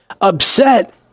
upset